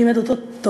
לימד אותו תורה,